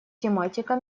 тематика